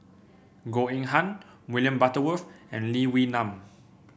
Goh Eng Han William Butterworth and Lee Wee Nam